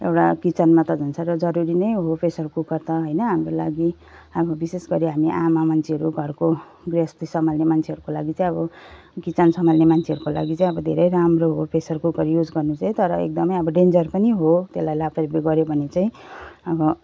एउटा किचनमा त झन् साह्रो जरुरी नै हो प्रेसर कुकर त होइन हाम्रो लागि अब विशेष गरी हामी आमा मान्छेहरू हो घरको गृहस्थी सम्हाल्ने मान्छेहरूको लागि चाहिँ अब किचन सम्हाल्ने मान्छेहरूको लागि चाहिँ अब धेरै राम्रो हो प्रेसर कुकर युज गर्नु चाहिँ तर एकदमै अब डेन्जर पनि हो त्यसलाई लापरवाही गऱ्यो भने चाहिँ अब